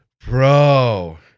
Bro